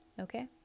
Okay